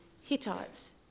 Hittites